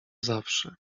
zawsze